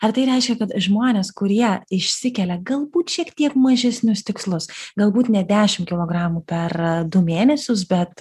ar tai reiškia kad žmonės kurie išsikelia galbūt šiek tiek mažesnius tikslus galbūt ne dešim kilogramų per du mėnesius bet